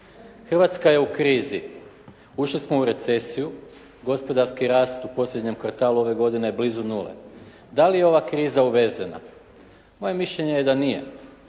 Hrvatska je u krizi. Ušli smo u recesiju, gospodarski rast u posljednjem kvartalu ove godine je blizu nule. Da li je ova kriza uvezena? Moje mišljenje je da nije.